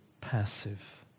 passive